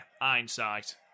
hindsight